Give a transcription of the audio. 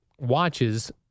Watches